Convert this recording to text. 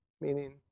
meaning